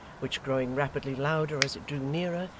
which growing rapidly louder as it drew nearer,